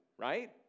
right